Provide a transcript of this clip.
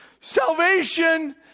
Salvation